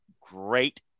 great